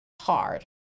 hard